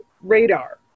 radar